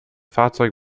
fahrzeug